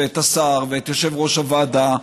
את השר ואת יושב-ראש הוועדה,